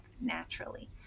naturally